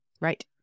right